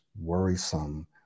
worrisome